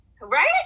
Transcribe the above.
Right